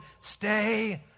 stay